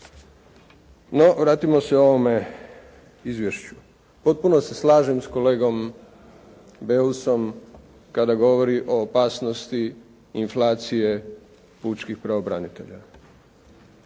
No, vratimo se ovome izvješću. Potpuno se slažem s kolegom Beusom kada govori o opasnosti inflacije pučkih pravobranitelja